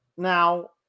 now